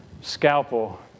scalpel